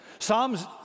Psalms